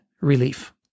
relief